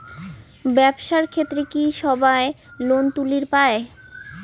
ব্যবসার ক্ষেত্রে কি সবায় লোন তুলির পায়?